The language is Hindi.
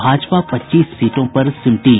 भाजपा पच्चीस सीटों पर सिमटी